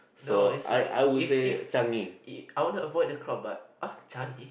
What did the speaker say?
no is like if if I want to avoid the crowd but uh Changi